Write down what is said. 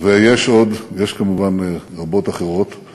ויש כמובן עוד רבות אחרות.